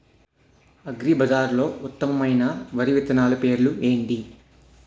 అగ్రిబజార్లో ఉత్తమమైన వరి విత్తనాలు పేర్లు ఏంటి?